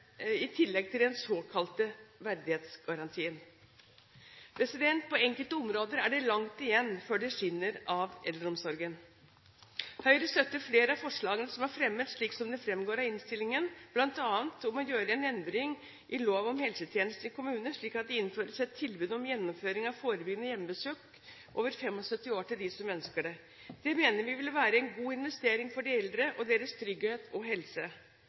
i tillegg til den såkalte verdighetsgarantien. På enkelte områder er det langt igjen før det skinner av eldreomsorgen. Høyre støtter flere av forslagene som er fremmet, slik det fremgår av innstillingen, bl.a. om å gjøre en endring i lov om helsetjenestene i kommunene, slik at det innføres et tilbud om gjennomføring av forebyggende hjemmebesøk til personer over 75 år som ønsker det. Det mener vi vil være en god investering for de eldre og deres trygghet og helse.